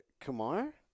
Kumar